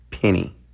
penny